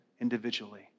individually